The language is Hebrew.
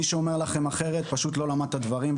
מי שאומר לכם אחרת פשוט לא למד את הדברים,